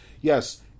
Yes